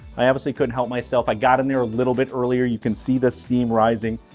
i obviously couldn't help myself. i got in there a little bit earlier. you can see the steam rising.